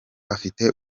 afite